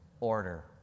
order